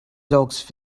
saugst